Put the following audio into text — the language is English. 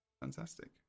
fantastic